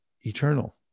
eternal